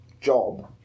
job